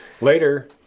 later